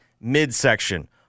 midsection